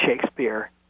Shakespeare